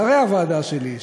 אחרי הוועדה שלי,